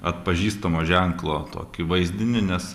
atpažįstamo ženklo tokį vaizdinį nes